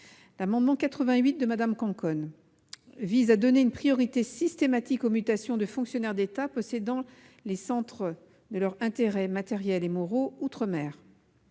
L'amendement n° 88 rectifié, de Mme Conconne, vise à donner une priorité systématique aux mutations de fonctionnaires d'État dont le centre des intérêts matériels et moraux est outre-mer.